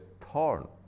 thorn